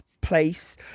place